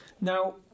Now